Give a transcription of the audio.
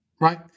right